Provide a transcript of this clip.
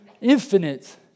infinite